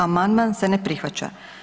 Amandman se ne prihvaća.